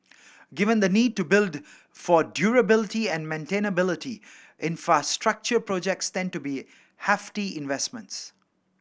given the need to build for durability and maintainability infrastructure projects tend to be hefty investments